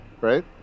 right